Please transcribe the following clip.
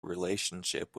relationship